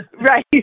Right